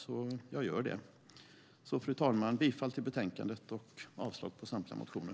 Så jag gör så. Fru talman! Jag yrkar bifall till förslaget i betänkandet och avslag på samtliga motioner.